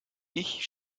ich